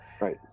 right